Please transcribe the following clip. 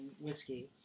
whiskey